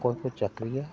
ᱚᱠᱚᱭ ᱠᱚ ᱪᱟᱹᱠᱨᱤᱭᱟ